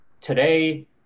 today